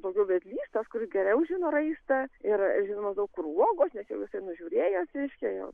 daugiau vedlys tas kuris geriau žino raistą ir žino maždaug kur uogos nes jau jisai nužiūrėjęs reiškia